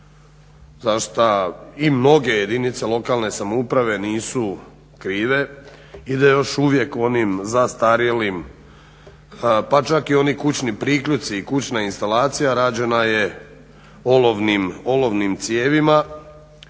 za što i mnoge jedinice lokalne samouprave nisu krive ide još uvijek onim zastarjelim pa čak i oni kućni priključci i kućna instalacija rađena je olovnim cijevima